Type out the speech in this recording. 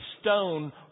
stone